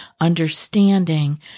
understanding